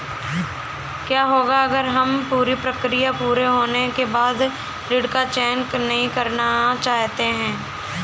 क्या होगा अगर हम पूरी प्रक्रिया पूरी होने के बाद ऋण का चयन नहीं करना चाहते हैं?